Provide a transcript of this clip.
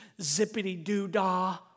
zippity-doo-dah